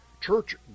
Church